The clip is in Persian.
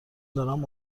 دارم